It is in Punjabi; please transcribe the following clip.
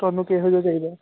ਤੁਹਾਨੂੰ ਕਿਹੋ ਜਿਹਾ ਚਾਹੀਦਾ